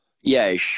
Yes